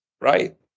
right